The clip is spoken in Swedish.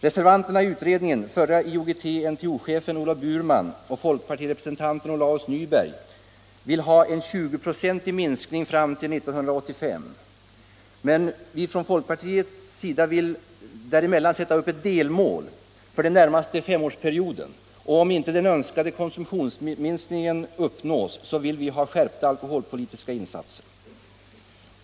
Reservanterna i utredningen, förre IOGT-NTO-chefen Olof Burman och folkpartirepresentanten Olaus Nyberg, vill ha en 20-procentig minskning fram till 1985. Men vi från folkpartiet vill också ha ett delmål för den närmaste femårsperioden. Om inte den önskade konsumtionsminskningen uppnås, vill vi ha skärpta alkoholpolitiska insatser.